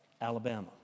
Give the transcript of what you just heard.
Alabama